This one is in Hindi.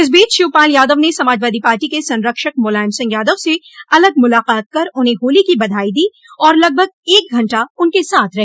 इस बीच शिवपाल यादव ने समाजवादी पार्टी के संरक्षक मुलायम सिंह यादव से अलग मुलाकात कर उन्हें होली की बधाई दी और लगभग एक घंटा उनके साथ रहे